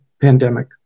pandemic